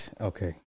okay